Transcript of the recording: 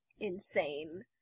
insane